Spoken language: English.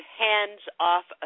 hands-off